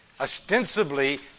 Ostensibly